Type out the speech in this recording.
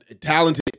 Talented